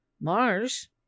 Mars